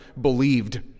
believed